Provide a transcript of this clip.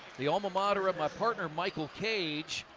the alma mater of my partner, michael cage,